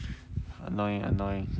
annoying annoying